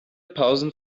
pausen